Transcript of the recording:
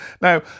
Now